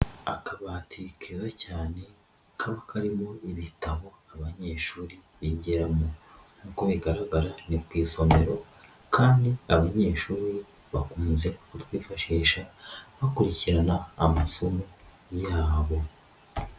Akabati keza cyane kaba karimo ibitabo abanyeshuri bigiramo, uko bigaragara ni ku isomero kandi abanyeshuri bakunze kutwifashisha bakurikirana amasomo yabo.